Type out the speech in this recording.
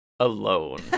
Alone